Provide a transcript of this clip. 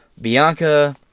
Bianca